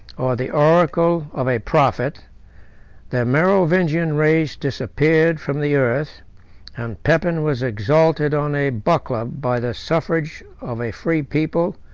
or the oracle of a prophet the merovingian race disappeared from the earth and pepin was exalted on a buckler by the suffrage of a free people,